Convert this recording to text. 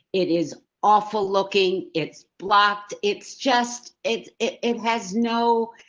it is awful. looking. it's blocked. it's just it's it it has no.